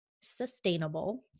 sustainable